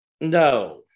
no